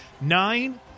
Nine